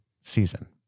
season